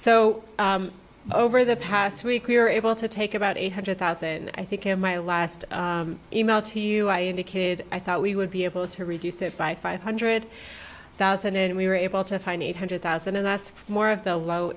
so over the past week we were able to take about eight hundred thousand and i think in my last email to you i indicated i thought we would be able to reduce it by five hundred thousand and we were able to find eight hundred thousand and that's more of the low